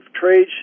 trade